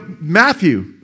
Matthew